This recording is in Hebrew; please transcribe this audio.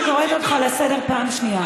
אני קוראת אותך לסדר פעם שנייה.